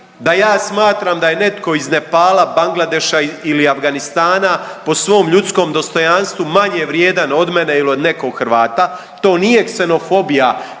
da ja smatram da je netko iz Nepala, Bangladeša ili Afganistana po svom ljudskom dostojanstvu manje vrijedan od mene ili od nekog Hrvata, to nije ksenofobija, kako